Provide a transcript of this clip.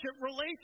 relationship